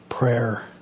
prayer